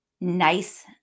nice